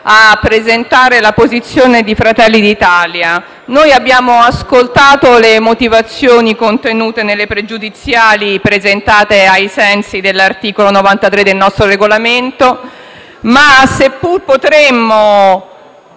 a presentare la posizione di Fratelli d'Italia. Abbiamo ascoltato le motivazioni contenute nelle pregiudiziali presentate ai sensi dell'articolo 93 del nostro Regolamento ma, seppur potremmo